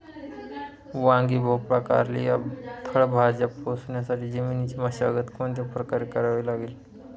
वांगी, भोपळा, कारली या फळभाज्या पोसण्यासाठी जमिनीची मशागत कोणत्या प्रकारे करावी लागेल?